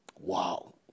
Wow